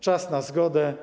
Czas na zgodę.